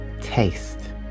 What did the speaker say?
taste